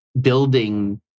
building